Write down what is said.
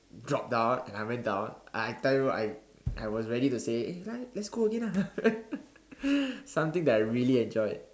dropped down and I went down I tell you I I was ready to say eh 来 let's go again lah something that I really enjoyed